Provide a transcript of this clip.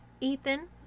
Ethan